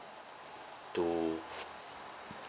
to